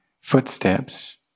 footsteps